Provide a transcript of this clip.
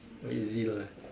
very easy life